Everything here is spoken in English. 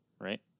right